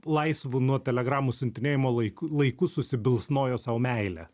laisvu nuo telegramų siuntinėjimo laik laiku susibilsnojo sau meilę